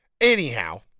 Anyhow